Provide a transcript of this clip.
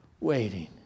waiting